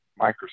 Microsoft